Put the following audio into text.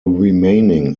remaining